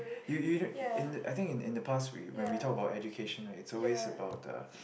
you you know in the I think in in the past we when we talk about education right it's always about uh